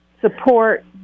support